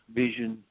vision